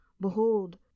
Behold